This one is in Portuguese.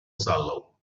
salão